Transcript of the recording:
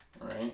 right